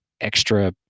extra